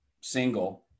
single